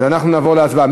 אנחנו נעבור להצבעה.